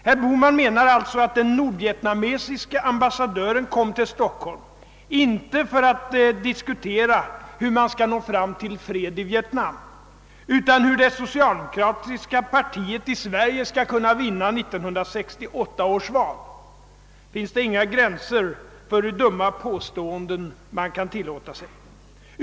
Herr Bohman menar alltså att den nordvietnamesiske ambassadören kom till Stockholm, inte för att diskutera nur man skall nå fram till fred i Vietnam, utan för att diskutera hur det socialdemokratiska partiet i Sverige skall kunna vinna 1968 års val! Finns det inga gränser för hur dumma påståenden man kan tillåta sig?